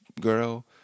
girl